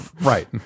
right